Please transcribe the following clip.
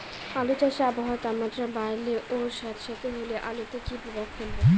আলু চাষে আবহাওয়ার তাপমাত্রা বাড়লে ও সেতসেতে হলে আলুতে কী প্রভাব ফেলবে?